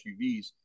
SUVs